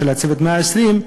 של "צוות 120 הימים",